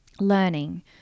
Learning